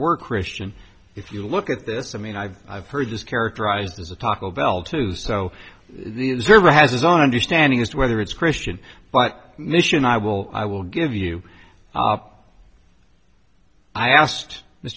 were christian if you look at this i mean i've i've heard this characterized as a taco bell too so the server has a zone understanding as to whether it's christian but mission i will i will give you i asked this